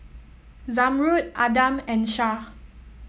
Zamrud Adam and Shah